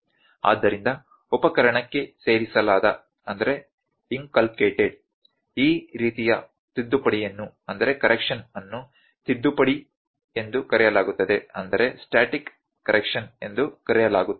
ಆದ್ದರಿಂದ ಉಪಕರಣಕ್ಕೆ ಸೇರಿಸಲಾದ ಈ ರೀತಿಯ ತಿದ್ದುಪಡಿಯನ್ನು ತಿದ್ದುಪಡಿ ಎಂದು ಕರೆಯಲಾಗುತ್ತದೆ